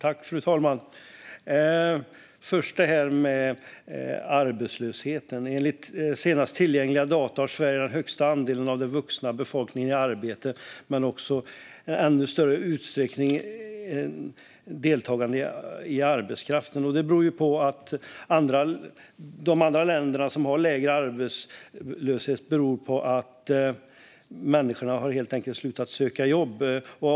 Fru talman! När det gäller arbetslösheten har Sverige enligt senaste tillgängliga data högst andel av den vuxna befolkningen i arbete och i ännu större utsträckning deltagande i arbetskraften. Att andra länder har lägre arbetslöshet beror helt enkelt på att människorna där, oftast kvinnor, har slutat söka jobb.